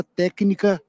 técnica